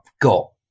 got